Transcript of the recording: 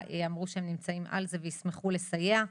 אמרו שהם נמצאים על זה וישמחו לסייע.